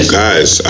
guys